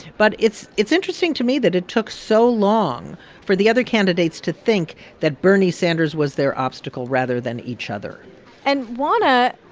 but it's it's interesting to me that it took so long for the other candidates to think that bernie sanders was their obstacle rather than each other and, juana,